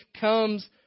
comes